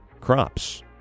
crops